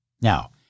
now